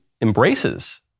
embraces